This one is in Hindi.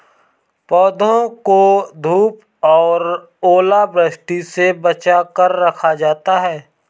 पौधों को धूप और ओलावृष्टि से बचा कर रखा जाता है